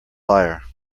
liar